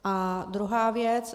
A druhá věc.